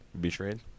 betrayed